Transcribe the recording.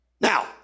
Now